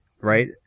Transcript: right